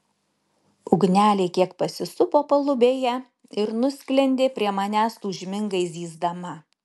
ugnelė kiek pasisupo palubėje ir nusklendė prie manęs tūžmingai zyzdama